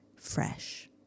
fresh